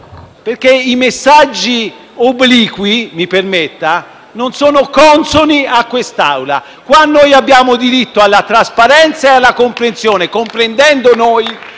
perché i messaggi obliqui - mi permetta - non sono consoni a quest'Aula. Qui abbiamo diritto alla trasparenza e alla comprensione. *(Applausi